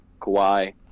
Kawhi